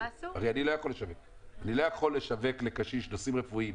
הרי אני לא יכול לשווק לקשיש נושאים רפואיים.